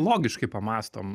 logiškai pamąstom